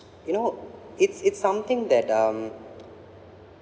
you know it's it's something that um